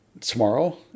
tomorrow